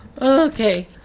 Okay